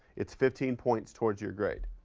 it's fifteen points towards your grade,